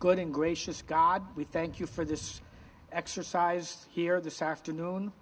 gloating gracious god we thank you for this exercise here this afternoon